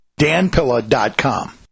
danpilla.com